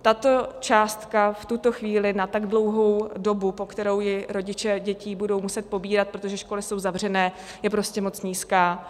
Tato částka v tuto chvíli na tak dlouhou dobu, po kterou ji rodiče dětí budou muset pobírat, protože školy jsou zavřené, je prostě moc nízká.